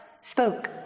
spoke